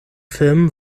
film